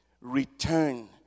return